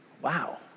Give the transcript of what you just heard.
Wow